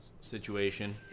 situation